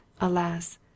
alas